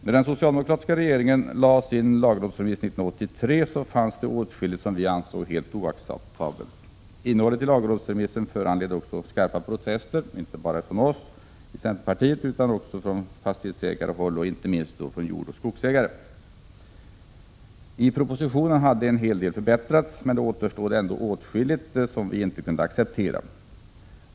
När den socialdemokratiska regeringen lade fram lagrådsremissen 1983 fanns det åtskilligt som vi ansåg helt oacceptabelt. Innehållet i lagrådsremissen föranledde skarpa protester — inte bara från oss i centerpartiet utan också från fastighetsägarhåll och inte minst från jordoch skogsägare. I propositionen hade en hel del förbättrats, men det återstod ändå åtskilligt som vi inte kunde acceptera.